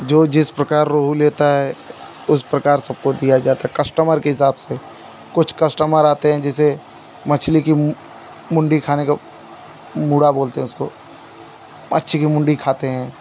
जो जिस प्रकार रोहू लेता है उस प्रकार सबको दिया जाता है कस्टमर के हिसाब से कुछ कस्टमर आते हैं जिसे मछली की मु मुंडी खाने को मुड़ा बोलते हैं उसको अच्छी की मुंडी खाते हैं